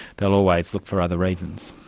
they'll always look for other reasons.